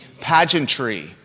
pageantry